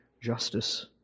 justice